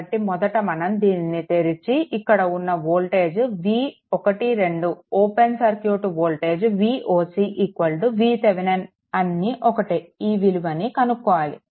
కాబట్టి మొదట మనం దీనిని తెరిచి ఇక్కడ ఉన్న voltage V12 open circuit voltage Voc VThevenin అన్నీ ఒక్కటే ఈ విలువను కనుక్కోవాలి